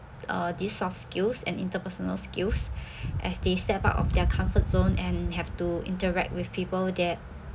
uh this soft skills and interpersonal skills as they step out of their comfort zone and have to interact with people that